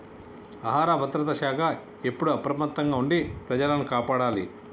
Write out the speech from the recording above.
ఆహార భద్రత శాఖ ఎప్పుడు అప్రమత్తంగా ఉండి ప్రజలను కాపాడాలి